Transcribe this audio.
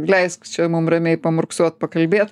leisk čia mum ramiai pamurksot pakalbėt